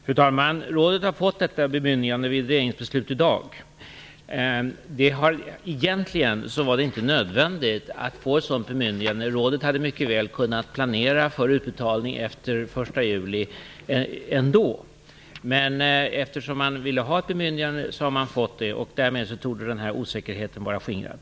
Fru talman! Rådet har fått detta bemyndigande vid ett regeringsbeslut i dag. Egentligen var det inte nödvändigt med ett sådant bemyndigande. Rådet hade mycket väl kunnat planera för utbetalning efter den 1 juli ändå, men eftersom man ville ha ett bemyndigande har man fått det. Därmed torde den här osäkerheten vara skingrad.